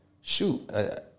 shoot